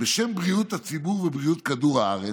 בשם בריאות הציבור ובריאות כדור הארץ,